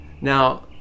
Now